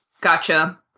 Gotcha